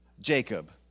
Jacob